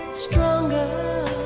stronger